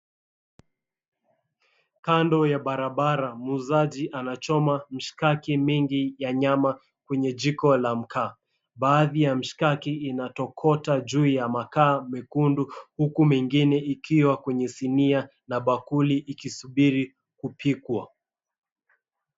Kando ya barabara muuzaji anachoma mshikaki mingi ya nyama kwenye jiko la mkaa, baadhi ya mshikaki inatokota juu ya mkaa mwekundu huku mengine ikiwa kwenye sinia na bakuli ikisubiri kupikwa.